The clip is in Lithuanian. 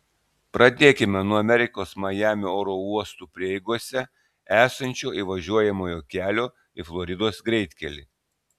pradėkime nuo amerikos majamio oro uostų prieigose esančio įvažiuojamojo kelio į floridos greitkelį